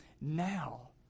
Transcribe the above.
now